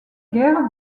guerre